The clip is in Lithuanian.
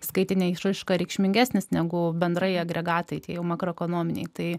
skaitine išraiška reikšmingesnis negu bendrai agregatai tie makroekonominiai tai